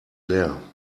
leer